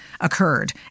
occurred